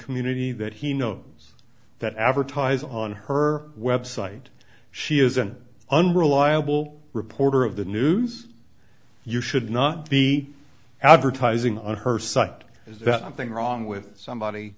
community that he knows that advertise on her website she is an unreliable reporter of the news you should not be advertising on her site is that something wrong with somebody